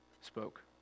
spoke